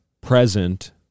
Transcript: present